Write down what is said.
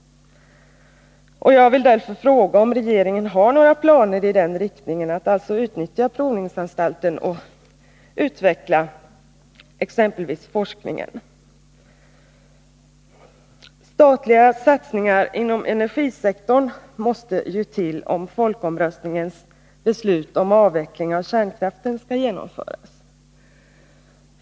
Jag vill därför fråga om regeringen har några planer i den riktningen. Statliga satsningar inom energisektorn måste ju till om folkomröstningens beslut om avveckling av kärnkraften skall genomföras.